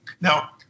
Now